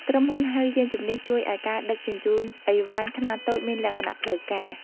ក្រុមហ៊ុនហៅយានជំនិះ ជួយឱ្យការដឹកជញ្ជូនឥវ៉ាន់ខ្នាតតូចមានលក្ខណៈផ្លូវការ។